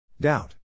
Doubt